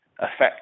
affect